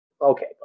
Okay